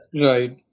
Right